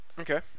Okay